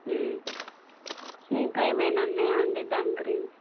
ఇంకా ఏమైన ఉన్నాయా అండి దాని గురించి